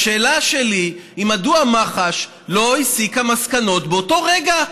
השאלה שלי היא מדוע מח"ש לא הסיקה מסקנות באותו רגע,